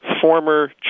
former